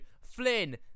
Flynn